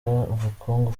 ubukungu